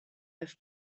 have